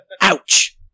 Ouch